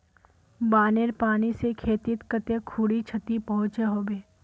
बानेर पानी से खेतीत कते खुरी क्षति पहुँचो होबे?